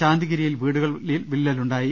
ശാന്തിഗിരിയിൽ വീടുകളിൽ വിള്ളലുണ്ടായി